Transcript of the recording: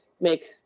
make